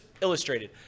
illustrated